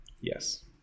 Yes